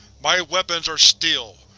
my weapons are steel,